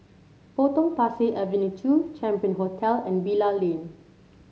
Potong Pasir Avenue two Champion Hotel and Bilal Lane